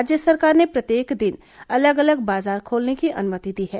राज्य सरकार ने प्रत्येक दिन अलग अलग बाजार खोलने की अनुमति दी है